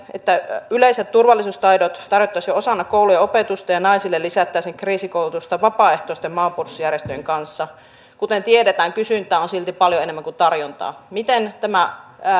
että yleiset turvallisuustaidot tarjottaisiin nuorille jo osana koulujen opetusta ja naisille lisättäisiin kriisikoulutusta vapaaehtoisten maanpuolustusjärjestöjen kanssa kuten tiedetään kysyntää on silti paljon enemmän kuin tarjontaa miten tämä